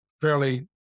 fairly